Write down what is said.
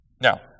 Now